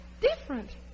different